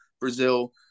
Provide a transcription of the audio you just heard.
Brazil